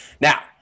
Now